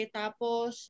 tapos